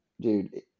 dude